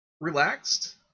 relaxed